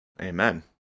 Amen